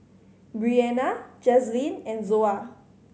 Breanna Jazlyn and Zoa